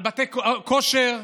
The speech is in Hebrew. על חדרי כושר,